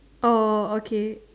oh oh okay